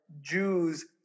Jews